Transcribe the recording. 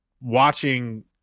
watching